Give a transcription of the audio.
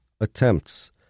attempts